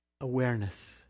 Awareness